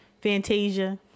fantasia